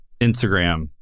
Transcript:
Instagram